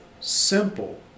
simple